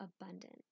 abundant